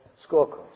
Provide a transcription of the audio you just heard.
scorecards